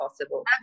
possible